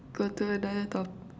go to another top~